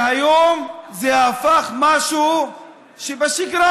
והיום זה הפך משהו שבשגרה.